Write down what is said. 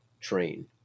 train